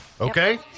Okay